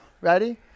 Ready